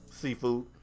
seafood